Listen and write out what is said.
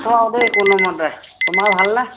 আছোঁ আৰু দেই কোনো মতে তোমাৰ ভাল নে